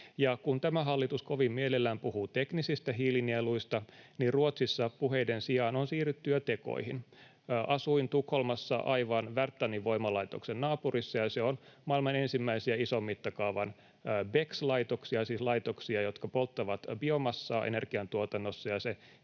kun tämä hallitus kovin mielellään puhuu teknisistä hiilinieluista, niin Ruotsissa puheiden sijaan on siirrytty jo tekoihin. Asuin Tukholmassa aivan Värtanin voimalaitoksen naapurissa, ja se on maailman ensimmäisiä ison mittakaavan BECCS-laitoksia, siis laitoksia, jotka polttavat biomassaa energiantuotannossa,